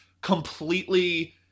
completely